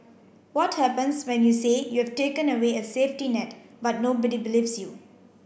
what happens when you say you have taken away a safety net but nobody believes you